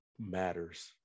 matters